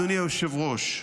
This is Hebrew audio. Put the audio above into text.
אדוני היושב-ראש,